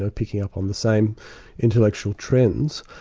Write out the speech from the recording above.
ah picking up on the same intellectual trends.